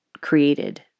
created